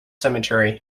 cemetery